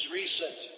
recent